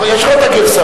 יש לך הגרסאות.